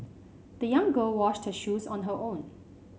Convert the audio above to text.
the young girl washed her shoes on her own